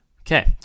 Okay